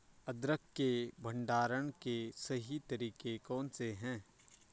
अदरक के भंडारण के सही तरीके कौन से हैं?